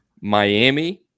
Miami